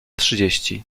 trzydzieści